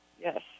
Yes